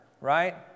right